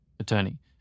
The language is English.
attorney